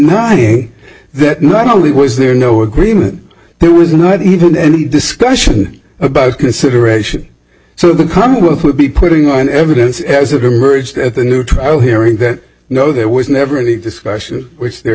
mind that not only was there no agreement there was not even any discussion about consideration so the commonwealth would be putting on evidence as of emerged at a new trial hearing that you know there was never any discussion which the